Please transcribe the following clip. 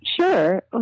Sure